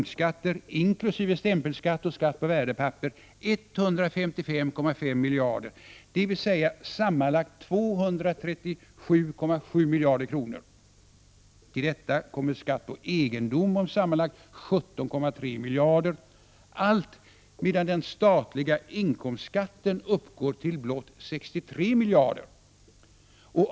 Till detta kommer skatt på egendom om sammanlagt 17,3 miljarder, allt medan den statliga inkomstskatten uppgår till blott 63 miljarder.